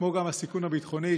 כמו גם הסיכון הביטחוני,